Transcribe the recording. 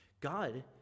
god